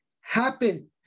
happen